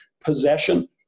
possession